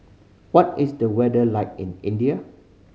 what is the weather like in India